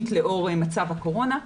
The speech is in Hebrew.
לאור מצב הקורונה,